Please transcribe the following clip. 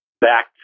back